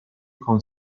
con